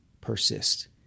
persist